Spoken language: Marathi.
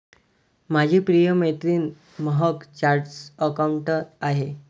माझी प्रिय मैत्रीण महक चार्टर्ड अकाउंटंट आहे